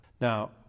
Now